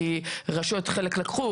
כי חלק מהרשויות לקחו,